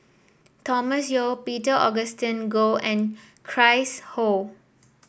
Thomas Yeo Peter Augustine Goh and Chris Ho